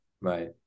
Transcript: right